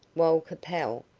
while capel,